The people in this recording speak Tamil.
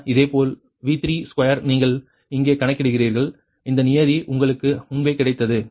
இதேபோல் V32 நீங்கள் இங்கே கணக்கிடுகிறீர்கள் இந்த நியதி உங்களுக்கு முன்பே கிடைத்தது இது 1